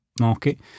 market